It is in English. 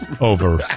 over